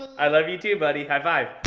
i love you too, buddy. high five.